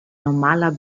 normaler